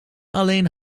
alleen